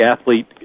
athlete